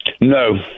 no